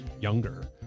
younger